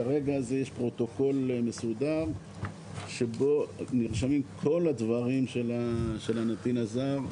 כרגע יש פרוטוקול מסודר שבו נרשמים כל הדברים של הנתין הזר,